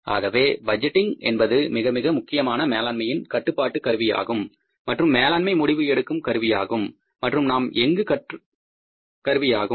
ஆகவே பட்ஜெட்டிங் என்பது மிக மிக முக்கியமான மேலாண்மையின் கட்டுப்பாட்டு கருவியாகும் மற்றும் மேலாண்மை முடிவு எடுக்கும் கருவியாகும்